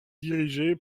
dirigé